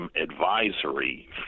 advisory